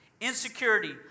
insecurity